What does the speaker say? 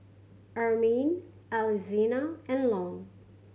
Armin Alexina and Lon